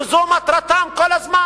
שזו מטרתן כל הזמן.